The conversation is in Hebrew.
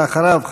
ואחריו,